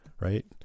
Right